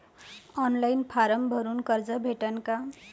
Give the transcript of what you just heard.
Online form भरून कर्ज भेटन का?